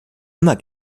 immer